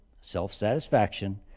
self-satisfaction